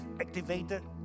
activated